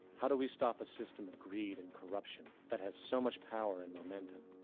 how do we stop a system of greed and corruption, that has so much power and momentum.